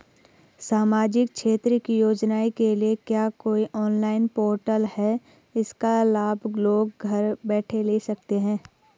सामाजिक क्षेत्र की योजनाओं के लिए क्या कोई ऑनलाइन पोर्टल है इसका लाभ लोग घर बैठे ले सकते हैं?